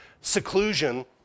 seclusion